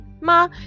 Ma